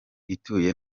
ituye